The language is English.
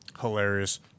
Hilarious